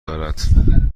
دارد